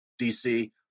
DC